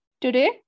Today